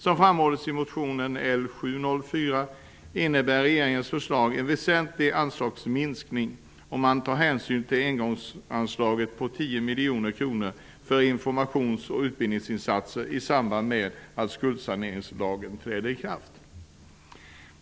Som framhålls i motion L704 innebär regeringens förslag en väsentlig anslagsminskning, om man tar hänsyn till engångsanslaget på 10 miljoner kronor för informations och utbildningsinsatser i samband med att skuldsaneringslagen träder i kraft.